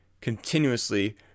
continuously